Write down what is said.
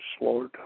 Lord